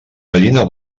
gallina